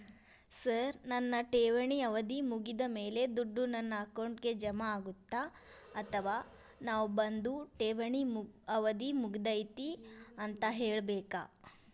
Sir ನನ್ನ ಠೇವಣಿ ಅವಧಿ ಮುಗಿದಮೇಲೆ, ದುಡ್ಡು ನನ್ನ ಅಕೌಂಟ್ಗೆ ಜಮಾ ಆಗುತ್ತ ಅಥವಾ ನಾವ್ ಬಂದು ಠೇವಣಿ ಅವಧಿ ಮುಗದೈತಿ ಅಂತ ಹೇಳಬೇಕ?